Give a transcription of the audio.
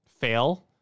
fail